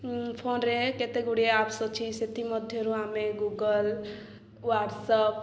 ଫୋନ୍ରେ କେତେ ଗୁଡ଼ିଏ ଆପ୍ସ୍ ଅଛି ସେଥିମଧ୍ୟରୁ ଆମେ ଗୁଗଲ୍ ହ୍ୱାଟସ୍ଆପ୍